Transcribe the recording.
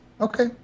okay